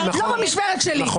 לא במשמרת שלי,